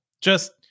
Just-